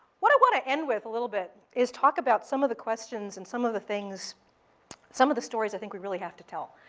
what i want to end with a little bit is talk about some of the questions and some of the things some of the stories i think we really have to tell.